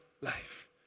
life